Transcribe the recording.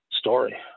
story